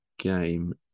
game